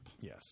Yes